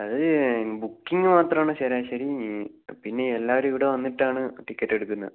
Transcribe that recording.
അതിന് ബുക്കിംഗ് മാത്രമാണ് ശരാശരി പിന്നെയെല്ലാവരും ഇവിടെ വന്നിട്ടാണ് ടിക്കറ്റ് എടുക്കുന്നത്